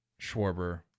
Schwarber